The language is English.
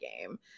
game